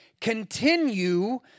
Continue